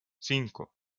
cinco